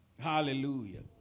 Hallelujah